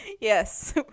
Yes